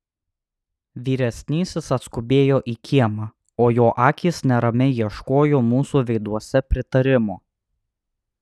vyresnysis atskubėjo į kiemą o jo akys neramiai ieškojo mūsų veiduose pritarimo